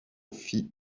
fit